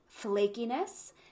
flakiness